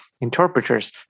interpreters